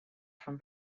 from